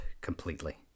completely